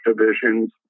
divisions